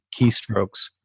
keystrokes